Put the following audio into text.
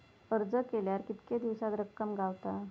अर्ज केल्यार कीतके दिवसात रक्कम गावता?